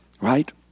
Right